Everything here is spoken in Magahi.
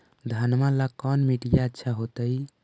घनमा ला कौन मिट्टियां अच्छा होतई?